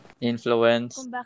Influence